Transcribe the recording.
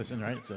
right